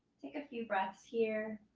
take a few breaths here.